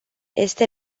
este